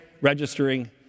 registering